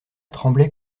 tremblait